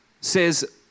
says